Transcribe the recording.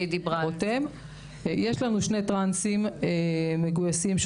יש לנו שני טרנסים שוטרים מגויסים,